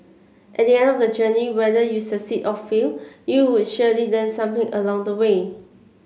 at the end of the journey whether you succeed or fail you would surely learn something along the way